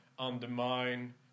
undermine